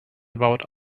about